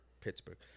Pittsburgh